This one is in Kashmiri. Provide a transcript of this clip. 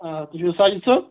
آ تُہۍ چھُو حظ ساجِد صٲب